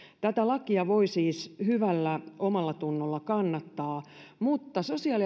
tätä lakia voi siis hyvällä omallatunnolla kannattaa mutta sosiaali